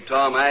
Tom